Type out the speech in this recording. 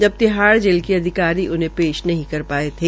जब तिहाड़ जेल के अधिकारी उन्हें पेश नहीं पाये थे